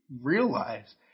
realize